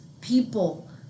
people